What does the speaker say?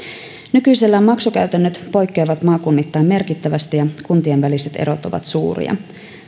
nykyisellään maksukäytännöt poikkeavat maakunnittain merkittävästi ja kuntien väliset erot ovat suuria